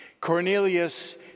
Cornelius